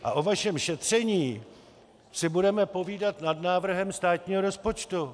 A o vašem šetření si budeme povídat nad návrhem státního rozpočtu!